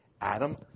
Adam